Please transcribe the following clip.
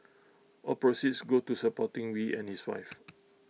all proceeds go to supporting wee and his wife